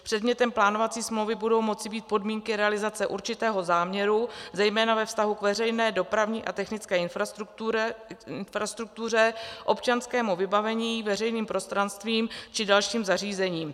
Předmětem plánovací smlouvy budou moci být podmínky realizace určitého záměru zejména ve vztahu k veřejné dopravní a technické infrastruktuře, občanskému vybavení, veřejným prostranstvím či dalším zařízením.